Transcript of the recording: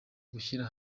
gushyira